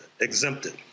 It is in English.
exempted